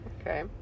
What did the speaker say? Okay